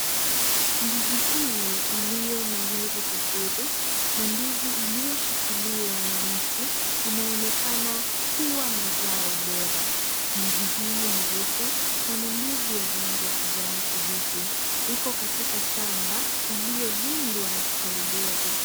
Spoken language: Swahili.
Ndizi hii iliyonawiri vizuri na ndizi iliyoshikiliwa na mti inaonekana kuwa na zao bora. Ndizi hii ni refu na ni ndizi ya rangi ya kijani kibichi. Iko katika shamba iliyolindwa na kupaliliwa vizuri.